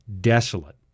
desolate